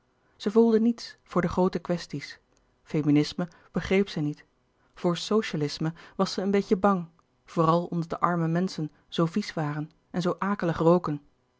zij voelde niets voor de groote kwesties feminisme begreep zij niet voor socialisme was zij een beetje bang vooral omdat de arme menschen zoo vies waren en zoo akelig roken